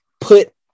put